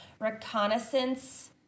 reconnaissance